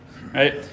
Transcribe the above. Right